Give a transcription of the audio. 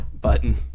Button